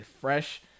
Fresh